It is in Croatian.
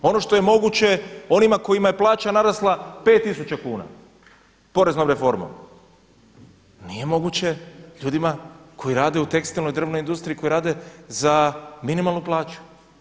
Ono što je moguće onima kojima je plaća narasla 5000 kuna poreznom reformom nije moguće ljudima koji rade u tekstilnoj, drvnoj industriji, koji rade za minimalnu plaću.